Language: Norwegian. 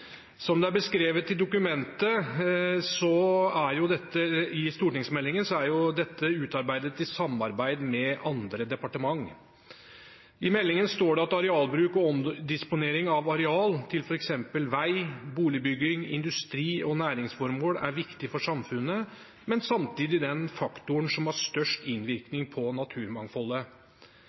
Som det er beskrevet i dokumentet, er det utarbeidet i et samarbeid med andre departement. I meldingen står det at arealbruk og omdisponering av areal til f.eks. veg, boligbygging, industri og næringsformål er viktig for samfunnet, men samtidig den faktoren som har størst innvirkning på naturmangfoldet.